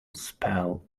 spell